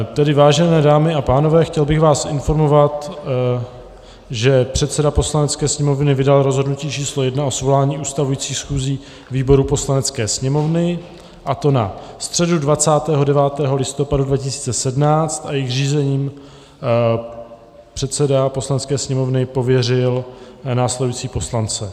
Tedy, vážené dámy a pánové, chtěl bych vás informovat, že předseda Poslanecké sněmovny vydal rozhodnutí číslo 1 o svolání ustavujících schůzí výborů Poslanecké sněmovny, a to na středu 29. listopadu 2017, a jejich řízením předseda Poslanecké sněmovny pověřil následující poslance: